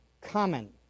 common